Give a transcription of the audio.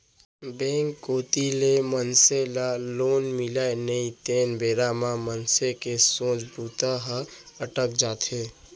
bank कोती ले मनसे ल लोन मिलय नई तेन बेरा म मनसे के सोचे बूता ह अटक जाथे